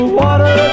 water